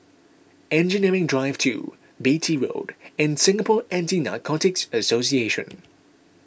Engineering Drive two Beatty Road and Singapore Anti Narcotics Association